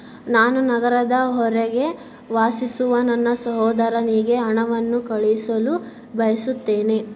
ನಾನು ನಗರದ ಹೊರಗೆ ವಾಸಿಸುವ ನನ್ನ ಸಹೋದರನಿಗೆ ಹಣವನ್ನು ಕಳುಹಿಸಲು ಬಯಸುತ್ತೇನೆ